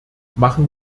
machen